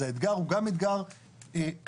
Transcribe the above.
אז האתגר הוא גם אתגר כלכלי,